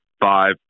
five